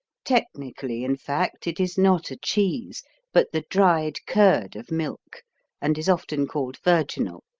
technically, in fact, it is not a cheese but the dried curd of milk and is often called virginal.